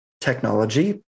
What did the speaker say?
technology